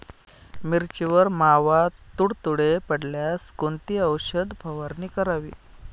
मिरचीवर मावा, तुडतुडे पडल्यास कोणती औषध फवारणी करावी?